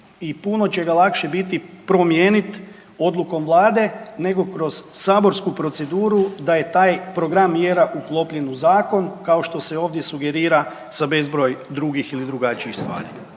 I puno će ga lakše biti promijeniti odlukom Vlade nego kroz saborsku proceduru da je taj program mjera uklopljen u zakon kao što se ovdje sugerira sa bezbroj drugih ili drugačijih stvari.